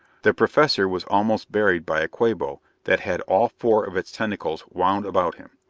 the professor was almost buried by a quabo that had all four of its tentacles wound about him.